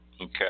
okay